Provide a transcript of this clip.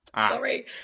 sorry